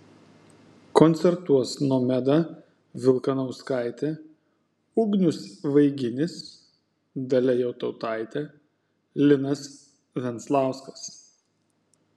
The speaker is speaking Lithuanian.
koncertuos nomeda vilkanauskaitė ugnius vaiginis dalia jatautaitė linas venclauskas